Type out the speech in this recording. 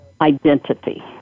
identity